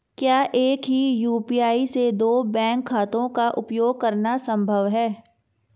क्या एक ही यू.पी.आई से दो बैंक खातों का उपयोग करना संभव है?